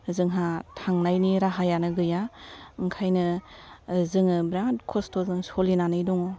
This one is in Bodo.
जोंहा थांनायनि राहायानो गैया ओंखायनो जोङो बेराद खस्थजों सलिनानै दङ